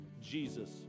Jesus